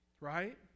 Right